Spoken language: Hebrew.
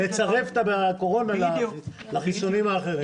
מבקשים לצרף את הקורונה לחיסונים האחרים.